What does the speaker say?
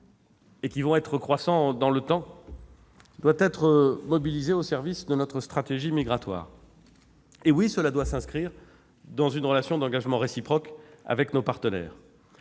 amenés à progresser avec le temps -, doit être mobilisée au service de notre stratégie migratoire. Oui, cela doit s'inscrire dans une relation d'engagements réciproques avec nos partenaires